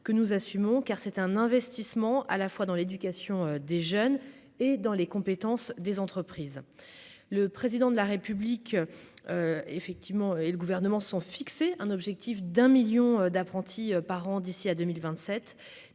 que nous assumons, car c'est un investissement à la fois dans l'éducation des jeunes et dans les compétences des entreprises, le président de la République, effectivement, et le gouvernement sont fixés un objectif d'un 1000000 d'apprentis par an d'ici à 2027